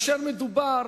ומדובר